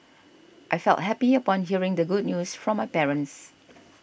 I felt happy upon hearing the good news from my parents